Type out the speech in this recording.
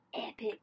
epic